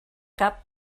cap